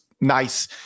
nice